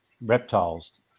reptiles